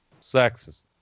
sexism